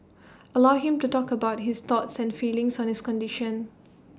allow him to talk about his thoughts and feelings on his condition